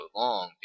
long